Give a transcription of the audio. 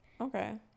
Okay